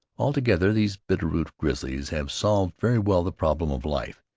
altogether these bitter-root grizzlies have solved very well the problem of life,